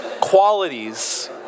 qualities